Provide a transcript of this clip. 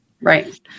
Right